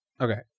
Okay